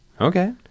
Okay